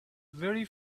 very